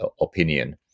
opinion